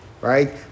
right